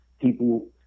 people